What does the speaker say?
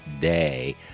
Day